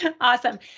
awesome